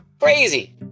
Crazy